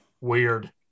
weird